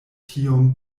tiom